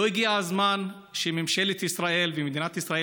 לא הגיע הזמן שממשלת ישראל ומדינת ישראל